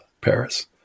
Paris